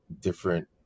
different